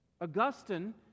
Augustine